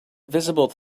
visible